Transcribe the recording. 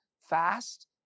fast